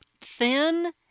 thin